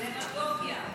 דמגוגיה.